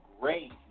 great